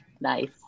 Nice